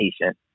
patient